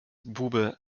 bube